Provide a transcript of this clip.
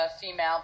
female